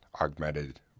augmented